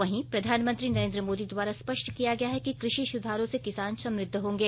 वहीं प्रधानमंत्री नरेन्द्र मोदी द्वारा स्पष्ट किया गया है कि कृषि सुधारों से किसान समृद्ध होंगे